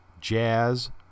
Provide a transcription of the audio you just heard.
jazz